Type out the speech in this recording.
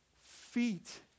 feet